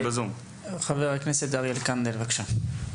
חבר הכנסת אריאל קלנר, בבקשה.